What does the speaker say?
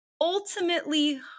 ultimately